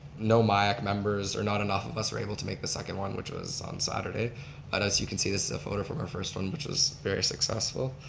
no myac members, or not enough of us were able to make the second one, which was on saturday. but as you can see this is a photo from our first one which was very successful.